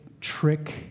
trick